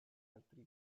altri